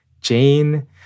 Jane